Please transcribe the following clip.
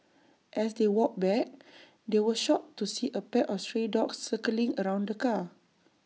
as they walked back they were shocked to see A pack of stray dogs circling around the car